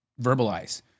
verbalize